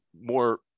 more